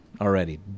already